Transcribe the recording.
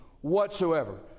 whatsoever